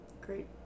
great